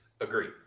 Agree